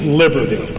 liberty